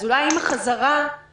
אז אולי עם החזרה לעבודה,